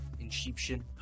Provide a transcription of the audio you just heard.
Inception